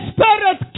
Spirit